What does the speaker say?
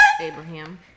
Abraham